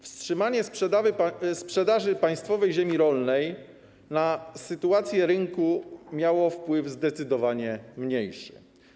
Wstrzymanie sprzedaży państwowej ziemi rolnej na sytuację na rynku miało wpływ zdecydowanie mniejszy.